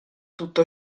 tutto